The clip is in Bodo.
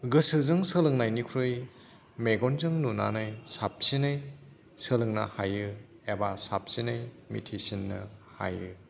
गोसोजों सोलोंनायनिख्रुइ मेगनजों नुनानै साबसिनै सोलोंनो हायो एबा साबसिनै मिथिसिननो हायो